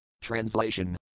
Translation